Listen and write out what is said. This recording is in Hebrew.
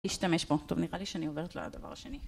להשתמש בו. טוב נראה לי שאני עוברת לדבר השני